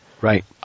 Right